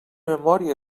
memòria